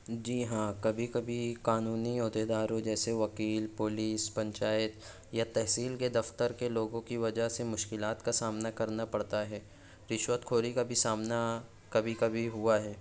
جی ہاں کبھی کبھی قانونی عہدے داروں جیسے وکیل پولیس پنچایت یا تحصیل کے دفتر کے لوگوں کی وجہ سے مشکلات کا سامنا کرنا پڑتا ہے رشوت خوری کا بھی سامنا کبھی کبھی ہوا ہے